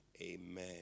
Amen